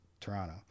toronto